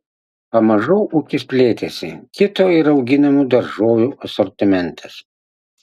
pamažu ūkis plėtėsi kito ir auginamų daržovių asortimentas